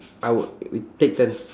I w~ we take turns